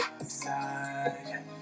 side